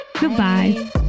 Goodbye